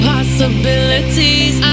Possibilities